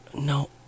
no